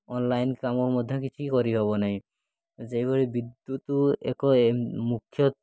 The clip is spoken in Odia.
ଅନ୍ଲାଇନ୍ କାମ ମଧ୍ୟ କିଛି କରିହେବ ନାହିଁ ସେହିଭଳି ବିଦ୍ୟୁତ୍ ଏକ ମୁଖ୍ୟ